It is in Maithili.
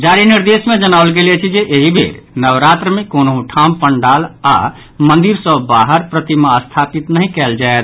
जारी निर्देश मे जनाओल गेल अछि जे एहि बेर नवरात्र मे कोनहुं ठाम पंडाल आओर मंदिर सँ बाहर प्रतिमा स्थापित नहि कयल जायत